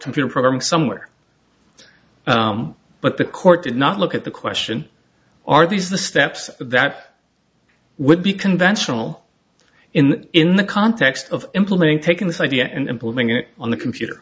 computer programming somewhere but the court did not look at the question are these the steps that would be conventional in in the context of implementing taking this idea and implementing it on the computer